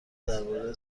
درباره